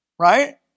right